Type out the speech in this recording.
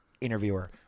interviewer